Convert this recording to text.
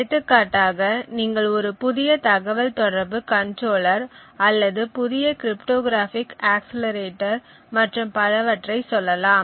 எடுத்துக்காட்டாக நீங்கள் ஒரு புதிய தகவல்தொடர்பு கண்ட்ரோலர் அல்லது புதிய கிரிப்டோகிராஃபிக் அக்சிலேரட்டர் மற்றும் பலவற்றை சொல்லலாம்